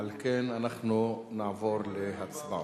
על כן אנחנו נעבור להצבעות.